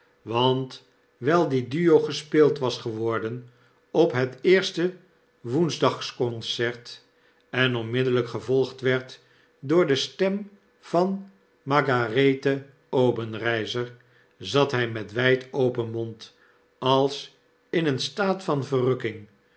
want wyl die duo gespeeld wasgeworden op het eerste woensdagsconcert en onmiddellyk gevolgd werd door de stem van margarethe obenreizer zat hy met wyd open mond als in een staat van verrukking